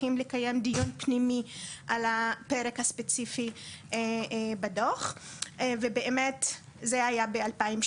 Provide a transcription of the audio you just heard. צריכים לקיים דיון פנימי על הפרק הספציפי בדוח ובאמת זה היה ב-2019,